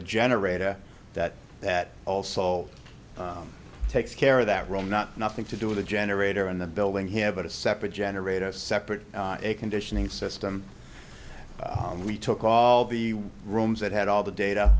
a generator that that also takes care of that room not nothing to do with a generator in the building here but a separate generate a separate conditioning system we took all the rooms that had all the data